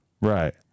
Right